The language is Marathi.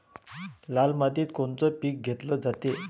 लाल मातीत कोनचं पीक घेतलं जाते?